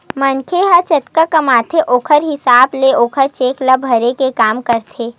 मनखे ह जतका कमाथे ओखर हिसाब ले ओहा टेक्स ल भरे के काम करथे